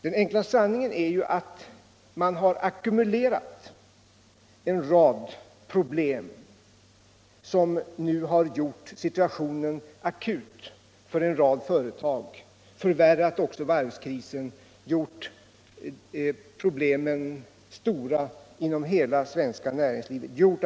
Den enkla sanningen är att man har ackumulerat en rad problem som nu har gjort situationen akut för en rad företag, förvärrat varvskrisen, ja, medfört stora problem inom hela det svenska näringslivet.